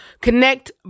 connect